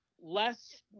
less